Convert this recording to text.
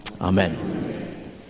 Amen